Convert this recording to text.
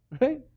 right